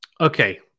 Okay